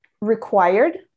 required